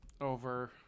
over